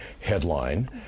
headline